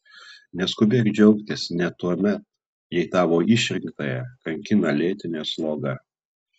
neskubėk džiaugtis net tuomet jei tavo išrinktąją kankina lėtinė sloga